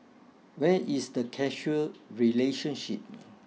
where is the casual relationship